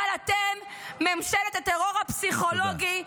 אבל אתם ממשלת הטרור הפסיכולוגי -- תודה.